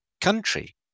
country